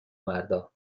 مردا